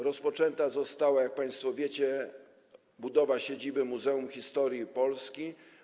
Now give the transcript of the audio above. Rozpoczęta została, jak państwo wiecie, budowa siedziby Muzeum Historii Polski.